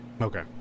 Okay